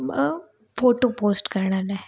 मां photo post करण लाइ